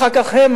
אחר כך הם,